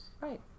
Right